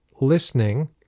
listening